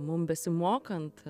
mum besimokant